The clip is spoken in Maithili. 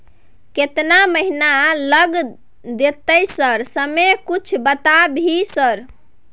केतना महीना लग देतै सर समय कुछ बता भी सर?